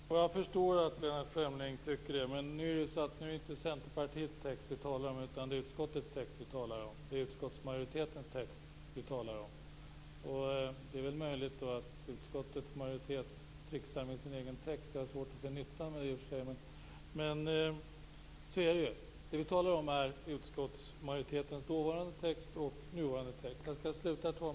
Herr talman! Jag förstår att Lennart Fremling tycker det, men nu är det inte Centerpartiets text vi talar om utan det är utskottsmajoritetens text. Det är möjligt att utskottets majoritet trixar med sin egen text, men det har jag i och för sig svårt att se nyttan med. Det vi talar om utskottsmajoritetens dåvarande och nuvarande text.